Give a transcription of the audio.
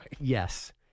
Yes